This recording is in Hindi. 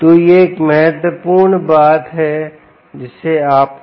तो यह एक महत्वपूर्ण बात है जिसे आपको नोट करना है